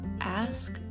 ask